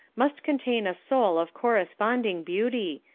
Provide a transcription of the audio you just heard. must contain a soul of corresponding beauty,